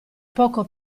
poco